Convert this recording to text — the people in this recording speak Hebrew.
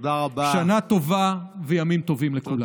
שנה טובה וימים טובים לכולנו.